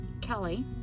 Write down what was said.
Kelly